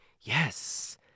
Yes